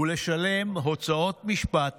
ולשלם הוצאות משפט